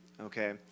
okay